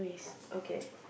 okay